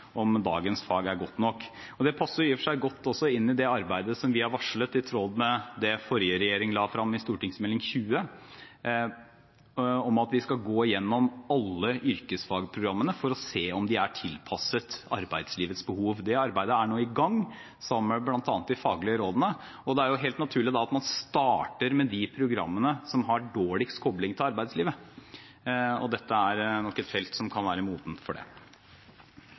om dagens fag er godt nok. Det passer i og for seg godt inn i det arbeidet som vi har varslet, i tråd med det forrige regjering la frem i Meld. St. 20 for 2012–2013, om at vi skal gå gjennom alle yrkesfagprogrammene for å se om de er tilpasset arbeidslivets behov. Det arbeidet er nå i gang, sammen med bl.a. de faglige rådene. Det er da helt naturlig at man starter med de programmene som har dårligst kobling til arbeidslivet. Dette er et felt som kan være modent for det.